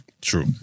True